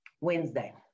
Wednesday